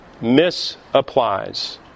misapplies